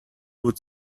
would